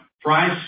price